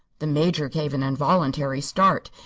the major gave an involuntary start,